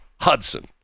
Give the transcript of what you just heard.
Hudson